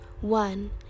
One